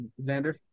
Xander